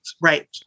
Right